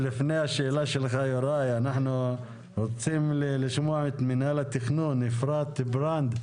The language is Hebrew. אנחנו רוצים לשמוע את מינהל התכנון, אפרת ברנד.